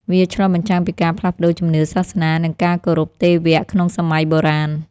វាឆ្លុះបញ្ចាំងពីការផ្លាស់ប្តូរជំនឿសាសនា និងការគោរពទេវៈក្នុងសម័យបុរាណ។